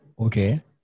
Okay